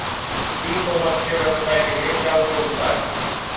ई commerce के व्यवसाय के लिए क्या उपयोगिता है?